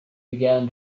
began